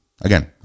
Again